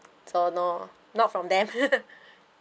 so no not from them